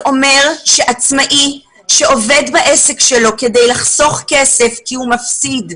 זה אומר שעצמאי שעובד בעסק שלו כדי לחסוך כסף כי הוא מפסיד,